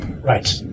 Right